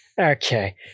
Okay